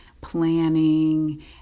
planning